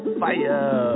fire